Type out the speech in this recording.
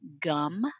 gum